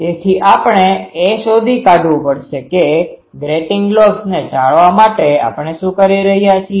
તેથી આપણે એ શોધી કાઢવું પડશે કે ગ્રેટીંગ લોબ્સને ટાળવા માટે આપણે શું કરી શકીએ